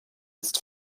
ist